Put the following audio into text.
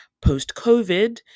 post-covid